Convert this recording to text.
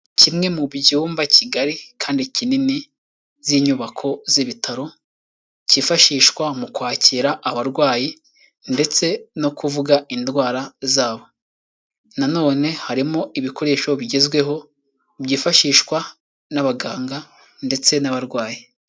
Kimwe mu byumba kigari kandi kinini z'inyubako z'ibitaro kifashishwa mu kwakira abarwayi ndetse no kuvuga indwara zabo nanone harimo ibikoresho bigezweho byifashishwa n'abaganga ndetse n'abarwayi.